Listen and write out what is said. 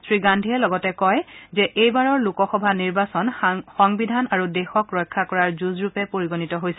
শ্ৰীগান্ধীয়ে লগতে কয় যে এইবাৰৰ লোকসভা নিৰ্বাচন সংবিধান আৰু দেশক ৰক্ষা কৰাৰ যুঁজৰূপে পৰিগণিত হৈছে